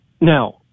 Now